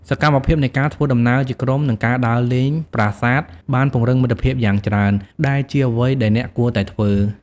សកម្មភាពនៃការធ្វើដំណើរជាក្រុមនិងការដើរលេងប្រាសាទបានពង្រឹងមិត្តភាពយ៉ាងច្រើន ដែលជាអ្វីដែលអ្នកគួរតែធ្វើ។